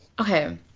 Okay